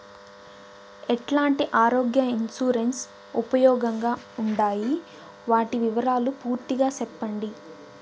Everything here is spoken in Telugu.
ఎట్లాంటి ఆరోగ్య ఇన్సూరెన్సు ఉపయోగం గా ఉండాయి వాటి వివరాలు పూర్తిగా సెప్పండి?